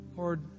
Lord